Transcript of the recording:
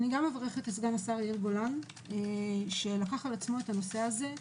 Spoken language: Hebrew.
אני מצטרפת לברכות לסגן השרה יאיר גולן שלקח על עצמו את הנשוא הזה.